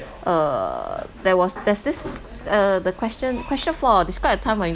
uh there was there's this uh the question question four describe a time when you